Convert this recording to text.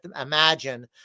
imagine